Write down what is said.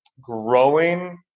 growing